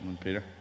Peter